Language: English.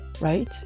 right